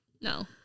No